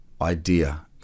idea